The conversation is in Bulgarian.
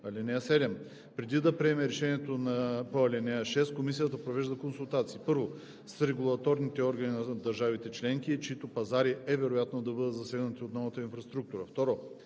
и 8: „(7) Преди да приеме решението по ал. 6, комисията провежда консултации: 1. с регулаторните органи на държавите членки, чиито пазари е вероятно да бъдат засегнати от новата инфраструктура;